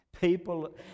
People